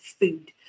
food